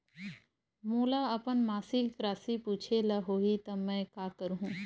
मोला अपन मासिक राशि पूछे ल होही त मैं का करहु?